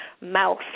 mouth